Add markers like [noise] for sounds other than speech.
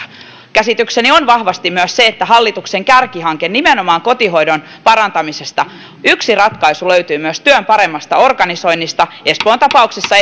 käsitykseni on vahvasti myös se että hallituksen kärkihankkeessa nimenomaan kotihoidon parantamisesta yksi ratkaisu löytyy myös työn paremmasta organisoinnista espoon tapauksessa [unintelligible]